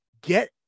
get